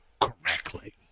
correctly